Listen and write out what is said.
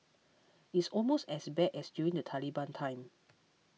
it's almost as bad as during the Taliban time